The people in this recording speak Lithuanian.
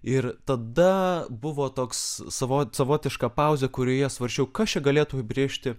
ir tada buvo toks savo savotiška pauzė kurioje svarsčiau kas čia galėtų įbrėžti